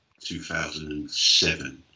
2007